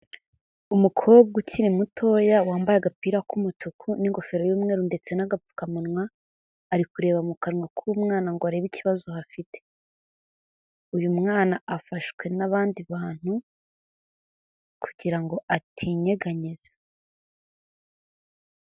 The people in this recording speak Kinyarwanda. Umukobwa ukiri mutoya, wambaye agapira k'umutuku n'ingofero y'umweru ndetse n'agapfukamunwa, ari kureba mu kanwa k'umwana ngo arebe ikibazo hafite, uyu mwana afashwe n'abandi bantu kugira ngo atinyeganyeza.